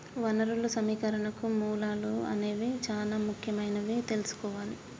వనరులు సమీకరణకు మూలాలు అనేవి చానా ముఖ్యమైనవని తెల్సుకోవాలి